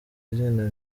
izina